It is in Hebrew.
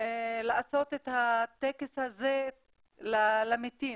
לעשות את הטקס הזה למתים.